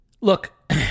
Look